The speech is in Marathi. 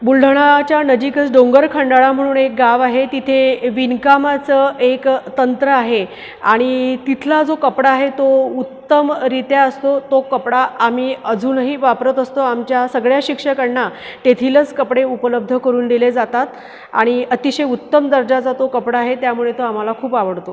बुलढाणाच्या नजीकच डोंगर खंडाळा म्हणून एक गाव आहे तिथे विणकामाचं एक तंत्र आहे आणि तिथला जो कपडा आहे तो उत्तमरीत्या असतो तो कपडा आम्ही अजूनही वापरत असतो आमच्या सगळ्या शिक्षकांना तेथीलच कपडे उपलब्ध करून दिले जातात आणि अतिशय उत्तम दर्जाचा तो कपडा आहे त्यामुळे तो आम्हाला खूप आवडतो